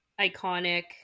iconic